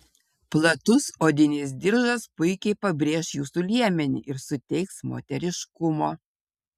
platus odinis diržas puikiai pabrėš jūsų liemenį ir suteiks moteriškumo